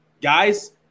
Guys